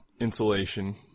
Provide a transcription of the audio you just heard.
insulation